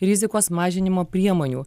rizikos mažinimo priemonių